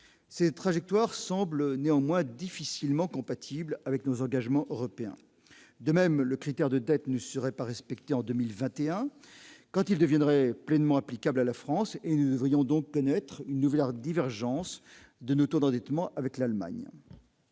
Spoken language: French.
ses trajectoires semble néanmoins difficilement compatible avec nos engagements européens, de même le critère de dette ne serait pas respecté en 2021 quand il deviendrait pleinement applicable à la France et nous devrions donc connaître une nouvelle art divergence de nos taux d'endettement avec l'Allemagne.